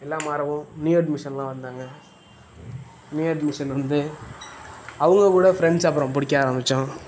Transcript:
எல்லாம் மாறவும் நியூ அட்மிஷன்லாம் வந்தாங்க நியூ அட்மிஷன் வந்து அவங்க கூட ஃப்ரெண்ட்ஸ் அப்புறம் பிடிக்க ஆரம்பித்தோம்